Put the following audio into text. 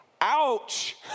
Ouch